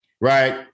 right